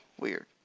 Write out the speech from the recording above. weird